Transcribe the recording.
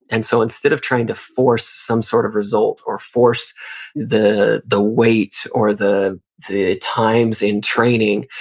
and so instead of trying to force some sort of result or force the the weight or the the times in training,